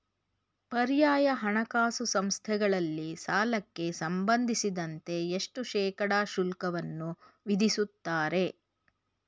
ಪರ್ಯಾಯ ಹಣಕಾಸು ಸಂಸ್ಥೆಗಳಲ್ಲಿ ಸಾಲಕ್ಕೆ ಸಂಬಂಧಿಸಿದಂತೆ ಎಷ್ಟು ಶೇಕಡಾ ಶುಲ್ಕವನ್ನು ವಿಧಿಸುತ್ತಾರೆ?